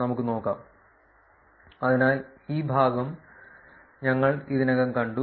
നമുക്ക് നോക്കാം അതിനാൽ ഈ ഭാഗം ഞങ്ങൾ ഇതിനകം കണ്ടു